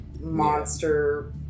monster